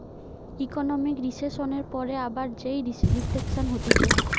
economic রিসেসনের পরে আবার যেই রিফ্লেকশান হতিছে